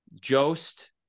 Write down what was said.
Jost